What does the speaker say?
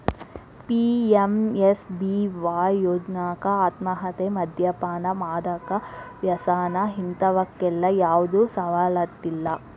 PMSBY ಯೋಜ್ನಾಕ ಆತ್ಮಹತ್ಯೆ, ಮದ್ಯಪಾನ, ಮಾದಕ ವ್ಯಸನ ಇಂತವಕ್ಕೆಲ್ಲಾ ಯಾವ್ದು ಸವಲತ್ತಿಲ್ಲ